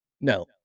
No